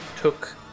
took